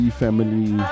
family